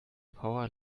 power